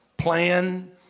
plan